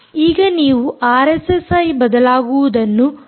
ಈಗ ನೀವು ಆರ್ಎಸ್ಎಸ್ಐಯು ಬದಲಾಗುವುದನ್ನು ನೋಡಬಹುದು